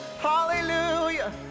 hallelujah